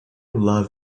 love